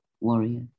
warrior